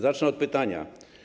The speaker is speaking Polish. Zacznę od pytania.